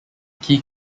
key